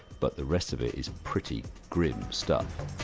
but the rest of it is pretty grim stuff.